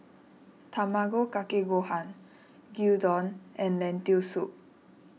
Tamago Kake Gohan Gyudon and Lentil Soup